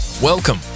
Welcome